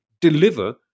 deliver